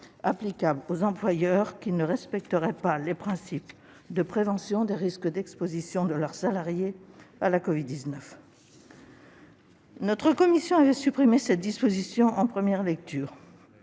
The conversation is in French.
applicable aux employeurs qui ne respecteraient pas les principes de prévention des risques d'exposition de leurs salariés à la covid-19. Notre commission avait supprimé cette disposition en première lecture